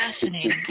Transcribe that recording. fascinating